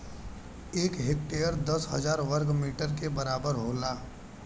एक हेक्टेयर दस हजार वर्ग मीटर के बराबर होला